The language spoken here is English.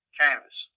canvas